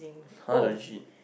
[huh] legit